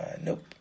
Nope